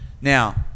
Now